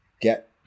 get